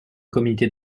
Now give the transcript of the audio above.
comité